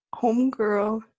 Homegirl